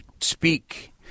speak